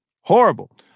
Horrible